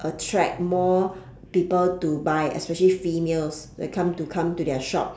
attract more people to buy especially females that come to come to their shop